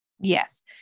Yes